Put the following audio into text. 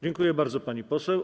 Dziękuję bardzo, pani poseł.